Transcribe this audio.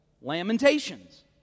Lamentations